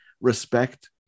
respect